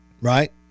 right